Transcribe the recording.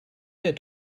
der